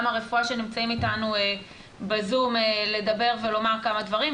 הרפואה שנמצאים איתנו בזום לדבר ולומר כמה דברים,